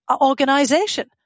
Organization